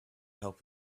help